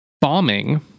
bombing